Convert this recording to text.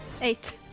Eight